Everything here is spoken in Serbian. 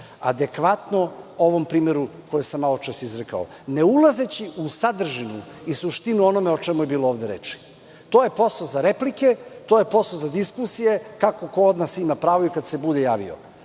adekvatno ovom primeru koji sam malopre izrekao, ne ulazeći u sadržinu i suštinu onoga o čemu je bilo ovde reči. To je posao za replike, to je posao za diskusije, kako ko od nas ima pravo i kada se bude javio.